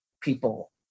people